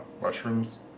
mushrooms